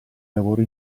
lavoro